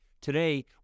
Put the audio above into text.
Today